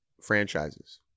franchises